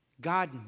God